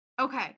okay